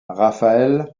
raphaël